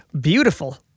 beautiful